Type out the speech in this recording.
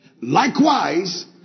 Likewise